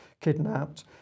kidnapped